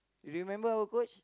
remember our coach